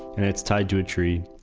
and it's tied to a tree.